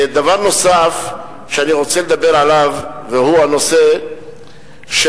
דבר נוסף שאני רוצה לדבר עליו הוא הנושא של